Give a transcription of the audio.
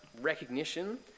recognition